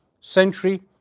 century